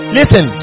Listen